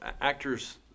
actors